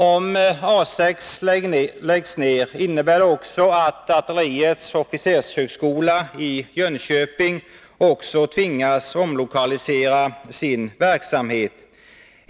Om A 6 läggs ner innebär det också att artilleriets officershögskola i Jönköping tvingas omlokalisera sin verksamhet.